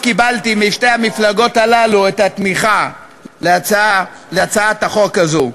קיבלתי משתי המפלגות הללו את התמיכה להצעת החוק הזו.